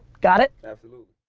got it? absolutely.